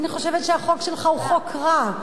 ואני חושבת שהחוק שלך הוא חוק רע.